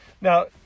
Now